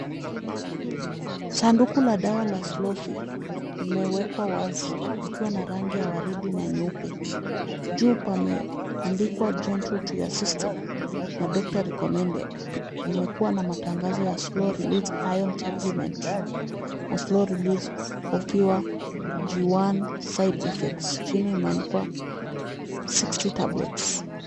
Sanduku la dawa la SLOW Fe imewekwa wazi likiwa na rangi ya waridi na nyeupe juu pameandikwa gental to your system na doctor recommended limekuwa na matangazo ya slow released iron supplement na slow released for fewer GI side effects chini imeandikwa 60 tablets .